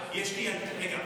רגע,